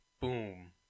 boom